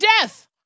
death